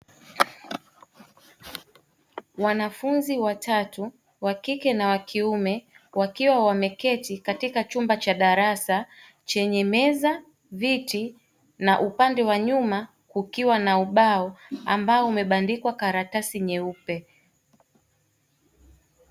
Wanafunzi watatu wakike na wakiume wakiwa wameketi katika chumba cha darasa chenye meza, viti upande wa nyuma kukiwa na ubao ambao umebandikwa karatasi nyeupe.